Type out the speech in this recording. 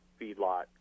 feedlot